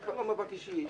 זה כבר לא מאבק אישי,